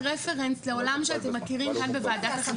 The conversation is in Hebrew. הרפרנס לעולם שאתם מכירים כאן בוועדת החינוך.